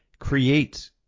create